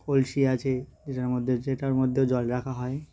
কলসি আছে যেটার মধ্যে যেটার মধ্যেও জল রাখা হয়